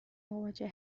مواجه